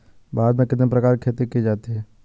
भारत में कितने प्रकार की खेती की जाती हैं?